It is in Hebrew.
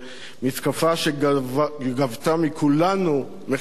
מתקפה שגבתה מכולנו מחיר כבד,